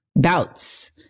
doubts